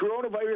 coronavirus